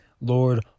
Lord